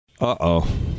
Uh-oh